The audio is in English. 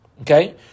okay